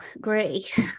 Great